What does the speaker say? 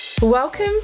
Welcome